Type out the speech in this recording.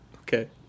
okay